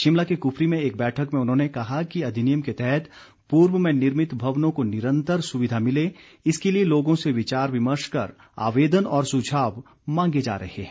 शिमला के कुफरी में एक बैठक में उन्होंने कहा कि अधिनियम के तहत पूर्व में निर्मित भवनों को निरंतर सुविधा मिले इसके लिए लोगों से विचार विमर्श कर आवेदन और सुझाव मांगे जा रहे हैं